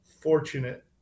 fortunate